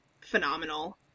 phenomenal